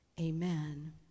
amen